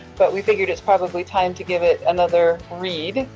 but we figured it's probably time to give it another read.